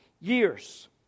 years